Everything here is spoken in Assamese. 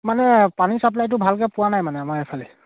মানে পানী চাপ্লাইটো ভালকৈ পোৱা নাই মানে আমাৰ এইফালে